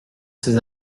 ces